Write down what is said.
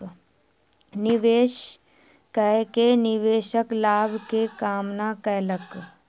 निवेश कय के निवेशक लाभ के कामना कयलक